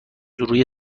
روی